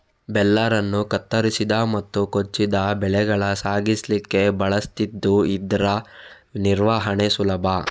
baler ಅನ್ನು ಕತ್ತರಿಸಿದ ಮತ್ತು ಕೊಚ್ಚಿದ ಬೆಳೆಗಳ ಸಾಗಿಸ್ಲಿಕ್ಕೆ ಬಳಸ್ತಿದ್ದು ಇದ್ರ ನಿರ್ವಹಣೆ ಸುಲಭ